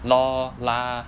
lor lah